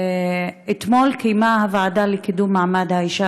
אתמול קיימה הוועדה לקידום מעמד האישה